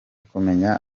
kumenya